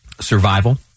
survival